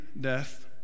death